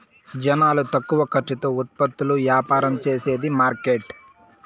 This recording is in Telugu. జనాలు తక్కువ ఖర్చుతో ఉత్పత్తులు యాపారం చేసేది మార్కెట్